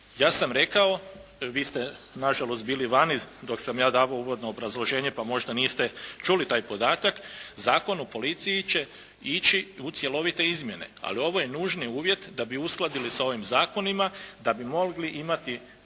Ja sam rekao, vi ste nažalost bili vani dok sam ja davao uvodno obrazloženje, pa možda niste čuli taj podatak, Zakon u policiji će ići u cjelovite izmjene, ali ovo je nužni uvjet da bi uskladili sa ovim zakonima da bi mogli imati pripremni